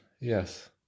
Yes